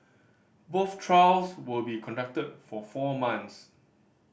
both trials will be conducted for four months